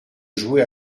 jouer